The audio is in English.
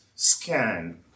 scan